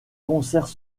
concerts